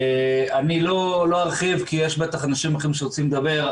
אני לא ארחיב כי יש בטח אנשים אחרים שרוצים לדבר.